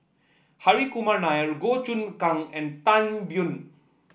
Hri Kumar Nair Goh Choon Kang and Tan Biyun